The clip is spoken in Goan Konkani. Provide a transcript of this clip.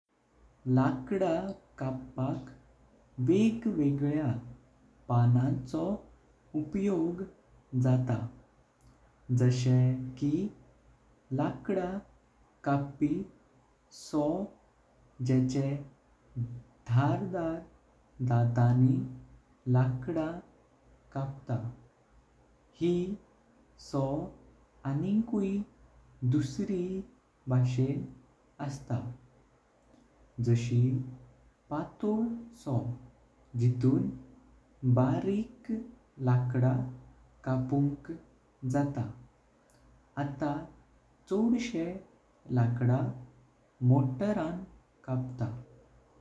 लाकडा कापाक वेगवेगळ्या पांचो उपयोग जाता जाशे की लाकडा कापी सॉव जेचे धारदार दातानी लाकडा कापता। ही सॉव आनिकुई दुसरी बाषेना असा जाशी पाटोल सॉव जितुन बारिक लाकडा कापुंक जाता। आता चोडशे लाकडा मोटारान कापता।